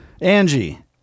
angie